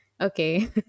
okay